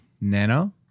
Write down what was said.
Nano